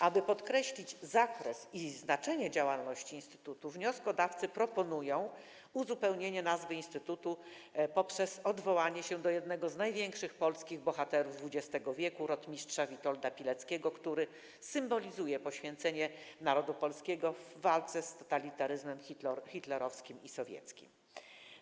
Aby podkreślić zakres i znaczenie działalności instytutu, wnioskodawcy proponują uzupełnienie jego nazwy poprzez odwołanie się do jednego z największych polskich bohaterów XX w. rtm. Witolda Pileckiego, który symbolizuje poświęcenie narodu polskiego w walce z totalitaryzmem hitlerowskim i sowieckim.